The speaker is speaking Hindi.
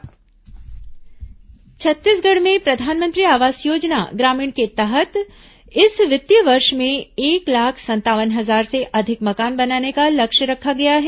प्रधानमंत्री आवास योजना छत्तीसगढ़ में प्रधानमंत्री आवास योजना ग्रामीण के तहत इस वित्तीय वर्ष में एक लाख संतावन हजार से अधिक मकान बनाने का लक्ष्य रखा गया है